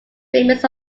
famous